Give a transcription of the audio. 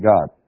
God